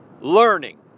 learning